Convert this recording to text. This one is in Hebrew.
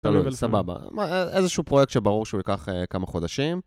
סבבה, איזשהו פרויקט שברור שהוא ייקח כמה חודשים.